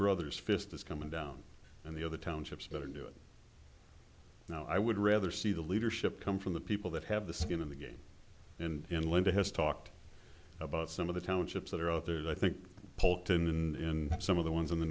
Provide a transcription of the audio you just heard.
brother's fist is coming down and the other townships better do it now i would rather see the leadership come from the people that have the skin in the game and linda has talked about some of the townships that are out there and i think bolton in some of the ones on the